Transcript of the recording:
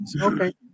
Okay